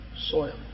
Soil